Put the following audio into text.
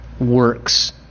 works